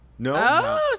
No